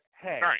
hey